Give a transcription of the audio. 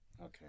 Okay